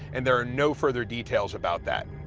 and there are no further details about that.